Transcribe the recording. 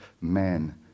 man